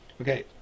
Okay